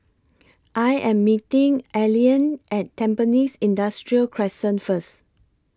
I Am meeting Allean At Tampines Industrial Crescent First